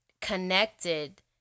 connected